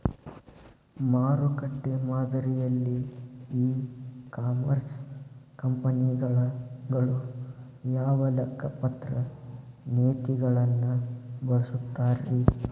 ಮಾರುಕಟ್ಟೆ ಮಾದರಿಯಲ್ಲಿ ecommerce ಕಂಪನಿಗಳು ಯಾವ ಲೆಕ್ಕಪತ್ರ ನೇತಿಗಳನ್ನ ಬಳಸುತ್ತಾರಿ?